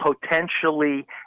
potentially